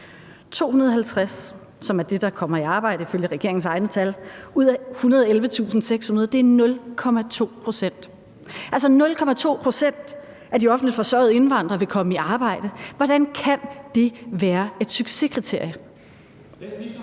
250, som er det antal, der kommer i arbejde, ifølge regeringens egne tal, ud af 111.600 er 0,2 pct; altså, 0,2 pct. af de offentligt forsørgede indvandrere vil komme i arbejde. Hvordan kan det være et succeskriterium?